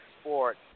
sport